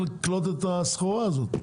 את הסחורה הזו.